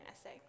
essay